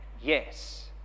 Yes